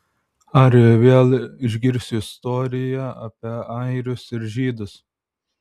ar vėl išgirsiu istoriją apie airius ir žydus